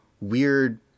weird